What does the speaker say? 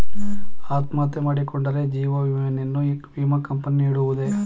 ಅತ್ಮಹತ್ಯೆ ಮಾಡಿಕೊಂಡರೆ ಜೀವ ವಿಮೆಯನ್ನು ವಿಮಾ ಕಂಪನಿ ನೀಡುವುದೇ?